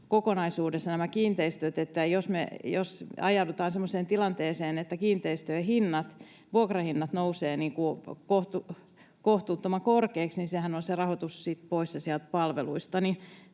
kokonaisuudessa. Jos me ajaudutaan semmoiseen tilanteeseen, että kiinteistöjen vuokrahinnat nousevat kohtuuttoman korkeiksi, niin se rahoitus on sitten poissa sieltä palveluista.